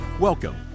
Welcome